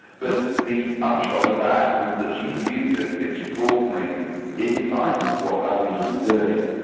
but the upshot of that was that she produced this extraordinary insight into what babbage was doing,